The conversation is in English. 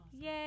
Yay